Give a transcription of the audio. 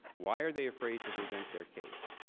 why are they afraid to present their case?